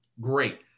great